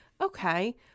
okay